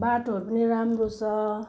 बाटोहरू पनि राम्रो छ